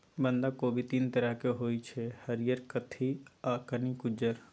बंधा कोबी तीन तरहक होइ छै हरियर, कत्थी आ कनिक उज्जर